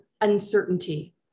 uncertainty